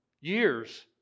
years